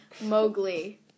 Mowgli